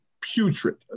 putrid